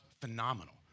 phenomenal